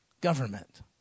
Government